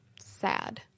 Sad